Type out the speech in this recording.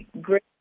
great